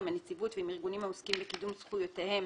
עם הנציבות ועם ארגונים העוסקים בקידום זכויותיהם